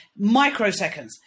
Microseconds